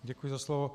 Děkuji za slovo.